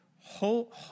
whole